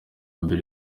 imbere